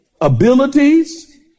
Abilities